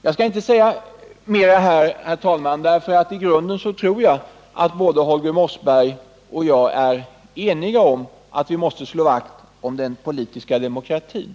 Jag skall inte här säga mer, herr talman, då jag tror att Holger Mossberg och jag i grunden är eniga om att vi måste slå vakt om den politiska demokratin.